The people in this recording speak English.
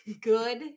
good